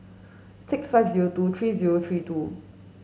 six five zero two three zero three two